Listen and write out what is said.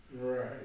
right